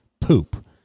poop